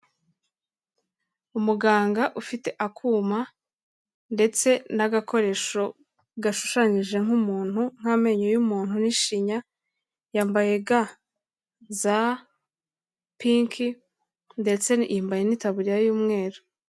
Umuganga ufite akuma ndetse n'agakoresho gashushanyije nk'umuntu nk'amenyo y'umuntu n'ishinya, yambaye ga za pinki ndetse yambaye n'itaburiya y'umweru.